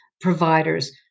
providers